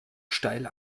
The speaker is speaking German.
steil